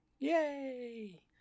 Yay